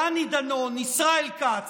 דני דנון, ישראל כץ,